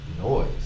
noise